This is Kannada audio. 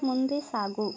ಮುಂದೆ ಸಾಗು